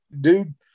Dude